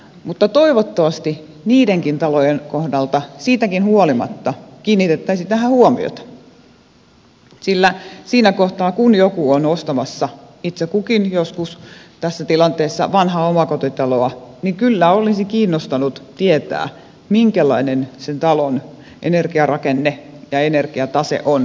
mutta toivottavasti niidenkin talojen kohdalta siitäkin huolimatta kiinnitettäisiin tähän huomiota sillä siinä kohtaa kun joku on ostamassa itse kukin on joskus tässä tilanteessa vanhaa omakotitaloa niin kyllä kiinnostaisi tietää minkälainen sen talon energiarakenne ja energiatase on kaiken kaikkiaan ainakin minua olisi kiinnostanut tietää